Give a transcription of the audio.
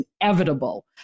inevitable